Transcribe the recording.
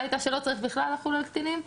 הייתה שלא צריך בכלל לחול על הקטינים.